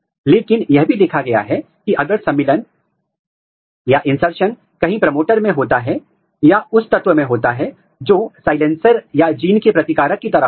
इसलिए यह हमेशा यह चुनना चुनौतीपूर्ण होता है कि प्रमोटर गतिविधि के लिए कितना क्षेत्र या डीएनए का कितना हिस्सा लेना है